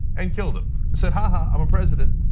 and killed them, and said, ha, ha i'm a president.